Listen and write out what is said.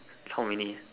how many